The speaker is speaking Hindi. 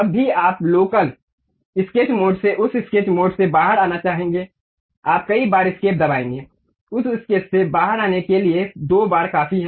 जब भी आप लोकल स्केच मोड से उस स्केच से बाहर आना चाहेंगे आप कई बार एस्केप दबाएंगे उस स्केच से बाहर आने के लिए दो बार काफी है